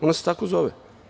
Ona se tako zove.